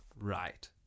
Right